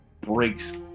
breaks